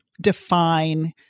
define